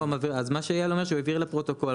מה שאייל אומר, שהוא העביר לפרוטוקול.